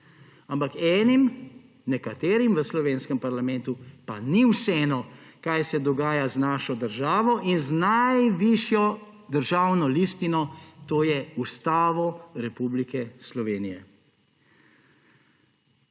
Ampak enim, nekaterim v slovenskem parlamentu pa ni vseeno, kaj se dogaja z našo državo in z najvišjo državno listino, to je Ustavo Republike Slovenije.